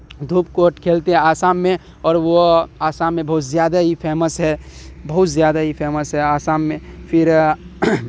دھوپ کوٹ کھیلتے آسام میں اور وہ آسام میں بہت زیادہ ہی فیمس ہے بہت زیادہ ہی فیمس ہے آسام میں پھر